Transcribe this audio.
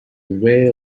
aware